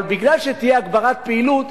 אבל בגלל שתהיה הגברת פעילות,